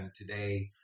today